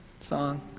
song